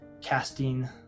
casting